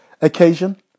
occasion